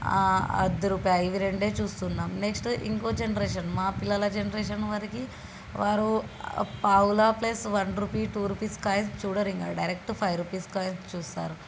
అర్దు రూపాయి ఇవి రెండే చూస్తున్నాం నెక్స్ట్ ఇంకో జనరేషన్ మా పిల్లల జనరేషన్ వరకి వారు పావలా plus one rupee two rupees coins చూడరింక డైరెక్ట్ ఫైవ్ రూపీస్ కాయిన్స్ చూస్తారు